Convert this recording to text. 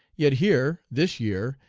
yet here, this year,